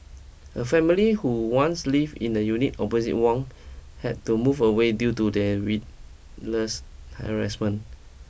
a family who once lived in a unit opposite Wang had to move away due to her read less harassment